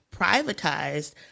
privatized